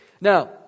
Now